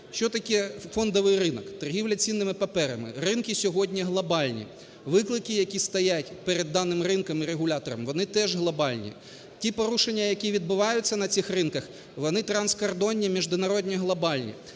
Що таке фондовий ринок, торгівля цінними паперами. Ринки сьогодні глобальні. Виклики, які стоять перед даним ринком і регулятором, вони теж глобальні. Ті порушення, які відбуваються на цих ринках, вони транскордонні, міжнародні, глобальні.